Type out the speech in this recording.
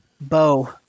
bow